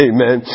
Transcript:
Amen